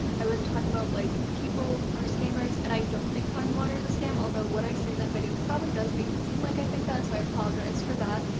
i wasn't talking about like people are scammers and i don't think kangen water is a scam, although what i say in that video probably does make it seem like i think that so i apologize for that.